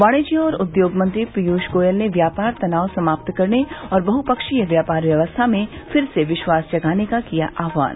वाणिज्य और उद्योग मंत्री पीयूष गोयल ने व्यापार तनाव समाप्त करने और बहुपक्षीय व्यापार व्यवस्था में फिर से विश्वास जगाने का किया आहवान